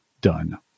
done